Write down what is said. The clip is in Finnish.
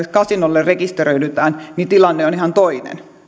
kasinolle rekisteröidytään tilanne on ihan toinen